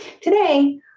Today